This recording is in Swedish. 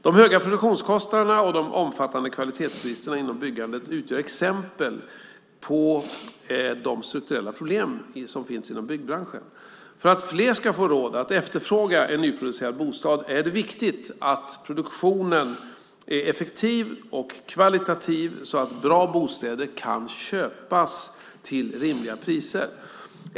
De höga produktionskostnaderna och de omfattande kvalitetsbristerna inom byggandet utgör exempel på de strukturella problemen inom byggbranschen. För att fler ska få råd att efterfråga en nyproducerad bostad är det viktigt att produktionen är effektiv och kvalitativ så att bra bostäder kan köpas till rimliga priser.